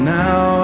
now